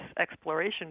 exploration